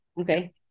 Okay